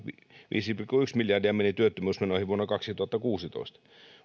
viisi pilkku yksi miljardia meni työttömyysmenoihin vuonna kaksituhattakuusitoista